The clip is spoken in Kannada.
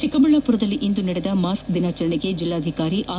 ಚಿಕ್ಕಬಳ್ಳಾಮರದಲ್ಲಿಂದು ವಿರ್ಪಡಿಸಿದ್ದ ಮಾಸ್ಕ್ ದಿನಾಚರಣೆಗೆ ಜಿಲ್ಲಾಧಿಕಾರಿ ಆರ್